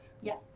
Yes